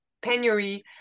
penury